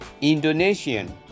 Indonesian